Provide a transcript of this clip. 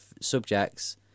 subjects